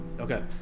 Okay